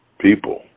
people